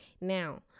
Now